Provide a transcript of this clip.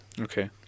Okay